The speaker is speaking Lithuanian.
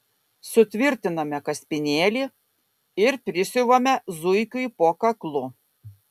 sutvirtiname kaspinėlį ir prisiuvame zuikiui po kaklu